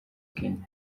kenya